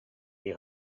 the